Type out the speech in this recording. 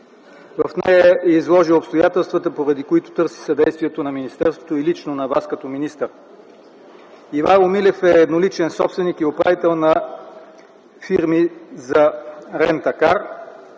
В нея е изложил обстоятелствата, поради които търси съдействието на министерството и лично на Вас като министър. Ивайло Милев е едноличен собственик и управител на фирми за рент а кар